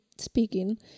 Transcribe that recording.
speaking